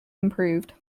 improved